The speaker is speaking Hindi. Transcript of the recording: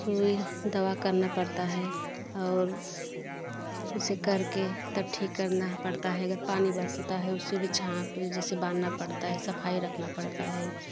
सूई दवा करना पड़ता है और उसे करके तब ठीक करना पड़ता है अगर पानी बरसता है उससे भी छाँव पे जैसे बांधना पड़ता है सफाई रखना पड़ता है